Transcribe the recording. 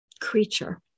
creature